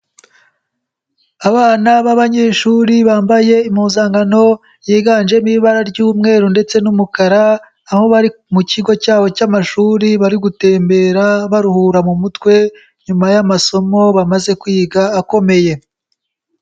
Abana b'abanyeshuri bambaye impuzankano yiganjemo ibara ry'umweru ndetse n'umukara, aho bari mu kigo cyabo cy'amashuri bari gutembera baruhura mu mutwe, nyuma y'amasomo bamaze kwiga akomeye.